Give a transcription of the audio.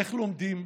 איך לומדים.